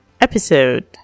episode